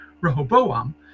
Rehoboam